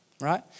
right